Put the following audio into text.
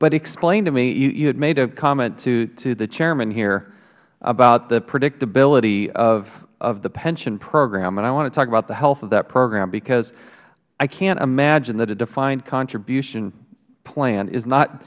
but explain to me you had made a comment to the chairman here about the predictability of the pension program and i want to talk about the health of that program because i cant imagine that a defined contribution plan is not